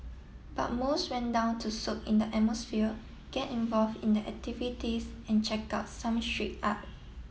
but most went down to soak in the atmosphere get involve in the activities and check out some street art